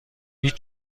هیچ